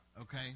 Okay